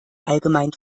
allgemein